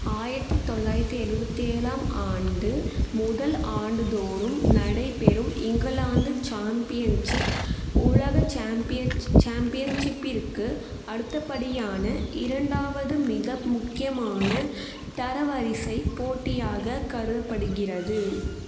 ஆயிரத்தி தொள்ளாயிரத்து எழுவத்தேலாம் ஆம் ஆண்டு முதல் ஆண்டுதோறும் நடைபெறும் இங்கிலாந்து சாம்பியன்ஷிப் உலக சாம்பியன் சாம்பியன்ஷிப்பிற்கு அடுத்தபடியான இரண்டாவது மிக முக்கியமான தரவரிசைப் போட்டியாக கருதப்படுகிறது